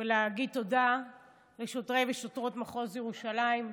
ולהגיד תודה לשוטרי ושוטרות מחוז ירושלים.